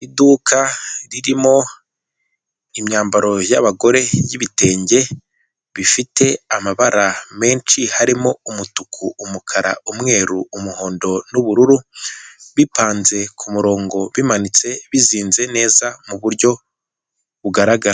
Iduka ririmo imyambaro y'abagore y'ibitenge bifite amabara menshi harimo umutuku, umukara, umweru, umuhondo n'ubururu, bipanze ku murongo bimanitse bizinze neza muburyo bugaragara.